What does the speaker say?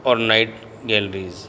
اور night galleries